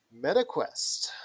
MetaQuest